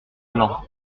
blancs